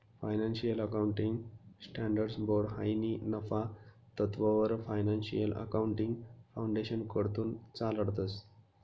financial accounting standards board हायी ना नफा तत्ववर फायनान्शियल अकाउंटिंग फाउंडेशनकडथून चालाडतंस